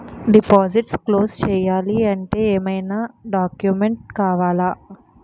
Deposit close చేయాలి అంటే ఏమైనా డాక్యుమెంట్స్ కావాలా?